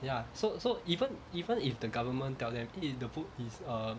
ya so so even even if the government tell them eh the vote is err